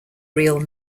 real